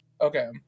Okay